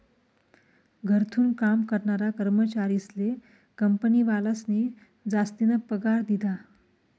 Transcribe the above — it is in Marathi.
घरथून काम करनारा कर्मचारीस्ले कंपनीवालास्नी जासतीना पगार दिधा